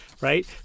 right